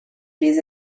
these